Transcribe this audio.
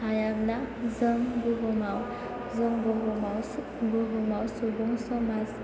जों बुहुमाव सुबुं समाज